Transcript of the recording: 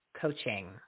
coaching